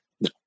no